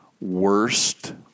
worst